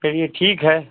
चलिए ठीक है